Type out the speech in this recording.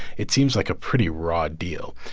it seems like a pretty raw deal.